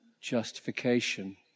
justification